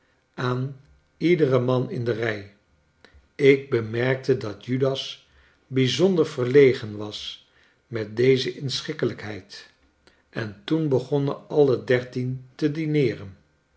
aan iederen man in de rij ik bemerkte dat judas bijzonder verlegen was met deze inschikkelijkheid en toen begonnen alle dertien te dineeren